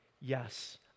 yes